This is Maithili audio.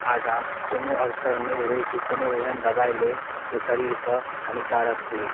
आगाँ कोनो अबसर नहि होइ जे कोनो एहन दबाइ लए जे शरीर सऽ हानिकारक होइ